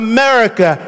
America